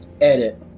Edit